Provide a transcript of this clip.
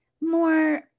more